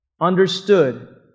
understood